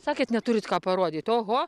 sakėt neturit ką parodyt oho